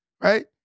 Right